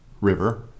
River